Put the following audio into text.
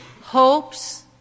hopes